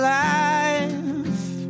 life